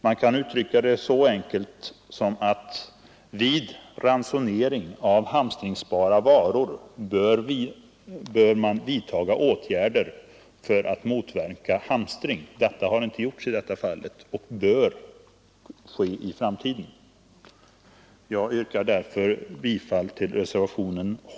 Vi kan uttrycka det så enkelt som att vid ransonering av hamstringsbara varor bör man vidta åtgärder för att motverka hamstring. Det har inte skett i detta fall, men det bör ske i framtiden. Jag yrkar därför bifall till reservationen H.